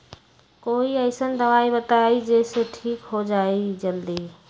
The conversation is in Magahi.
कोई अईसन दवाई बताई जे से ठीक हो जई जल्दी?